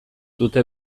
dute